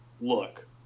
look